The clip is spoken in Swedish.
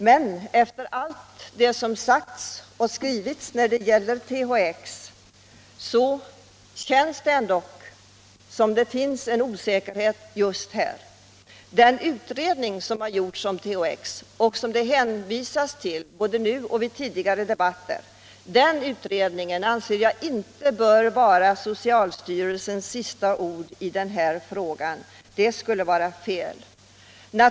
Men efter allt som sagts, skrivits och gjorts när det gäller THX känns det ändå som om det finns en viss osäkerhet just här. Den utredning som gjorts om THX och som det både här och i tidigare debatter har hänvisats till anser jag inte bör vara socialstyrelsens sista ord i denna fråga. Det skulle vara fel.